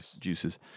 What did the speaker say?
juices